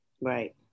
right